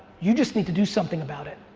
you just need to do something about it.